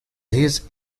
his